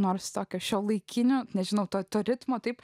nors tokią šiuolaikinio nežinau tokio ritmo taip